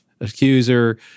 accuser